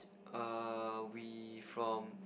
err we from